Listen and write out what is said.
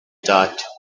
thought